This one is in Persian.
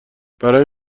برای